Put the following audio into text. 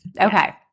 Okay